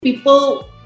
People